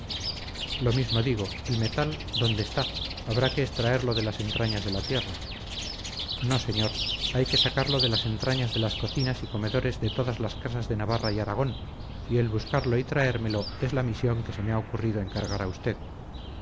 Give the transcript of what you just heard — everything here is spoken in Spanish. lo mismo digo el metal dónde está habrá que extraerlo de las entrañas de la tierra no señor hay que sacarlo de las entrañas de las cocinas y comedores de todas las casas de navarra y aragón y el buscarlo y traérmelo es la misión que se me ha ocurrido encargar a usted